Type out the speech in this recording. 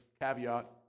caveat